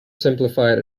simplified